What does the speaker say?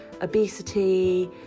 obesity